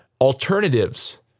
Alternatives